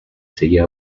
seguía